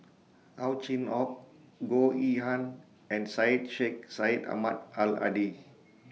Ow Chin Hock Goh Yihan and Syed Sheikh Syed Ahmad Al Hadi